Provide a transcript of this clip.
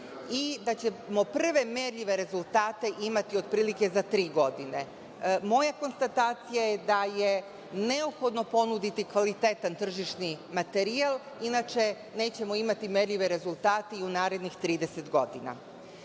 i da ćemo prve merljive rezultate imati otprilike za tri godine. Moja konstatacija je da je neophodno ponuditi kvalitetan tržišni materijal, inače nećemo imati merljive rezultate i u narednih 30 godina. Po